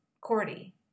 Cordy